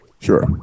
Sure